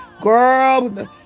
girl